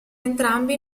entrambi